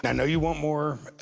know you want more.